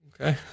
okay